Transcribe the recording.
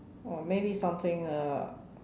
or maybe something uh